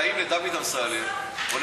אני